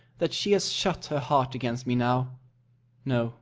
that she has shut her heart against me now no